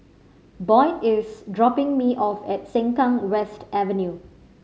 Boyd is dropping me off at Sengkang West Avenue